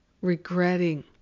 regretting